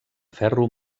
ferro